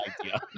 idea